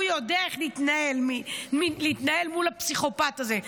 הוא יודע איך להתנהל מול הפסיכופת הזה.